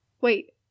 wait